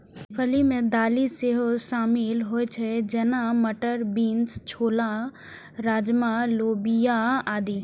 फली मे दालि सेहो शामिल होइ छै, जेना, मटर, बीन्स, छोला, राजमा, लोबिया आदि